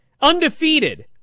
undefeated